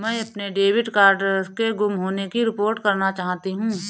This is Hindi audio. मैं अपने डेबिट कार्ड के गुम होने की रिपोर्ट करना चाहती हूँ